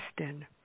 Austin